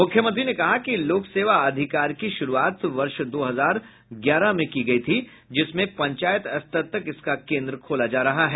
मुख्यमंत्री ने कहा कि लोक सेवा अधिकार की शुरूआत वर्ष दो हजार ग्यारह में की गयी थी जिसमें पंचायत स्तर तक इसका केंद्र खोला जा रहा है